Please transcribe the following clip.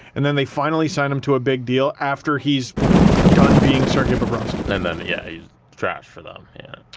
and then they finally sign him to a big deal after he's done being sergei bobrovsky. and and then, yeah, he's trash for them. yeah,